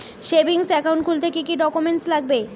Savings account খুলতে কি কি ডকুমেন্টস লাগবে?